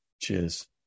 Cheers